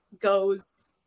goes